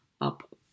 up